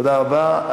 תודה רבה.